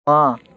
পা